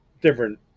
different